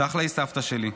צ'חלה היא סבתא שלי.